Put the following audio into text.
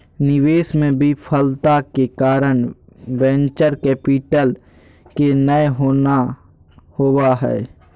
निवेश मे विफलता के कारण वेंचर कैपिटल के नय होना होबा हय